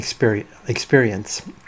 Experience